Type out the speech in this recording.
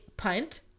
punt